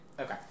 okay